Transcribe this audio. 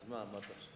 אז מה אמרת עכשיו?